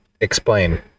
Explain